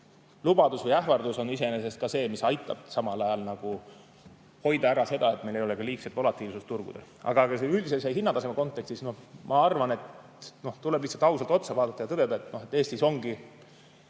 see lubadus või ähvardus on iseenesest ka see, mis aitab samal ajal hoida ära seda, et meil ei ole liigset volatiilsust turgudel. Aga üldise hinnataseme kontekstis ma arvan, et tuleb lihtsalt ausalt otsa vaadata ja tõdeda, et meie riigivõlg